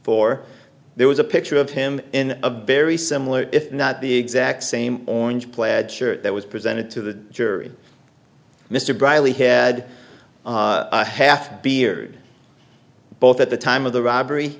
for there was a picture of him in a very similar if not the exact same orange plaid shirt that was presented to the jury mr brierly had a half beard both at the time of the robbery